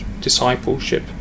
discipleship